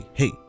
hey